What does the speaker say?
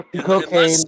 Cocaine